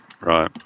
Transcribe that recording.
right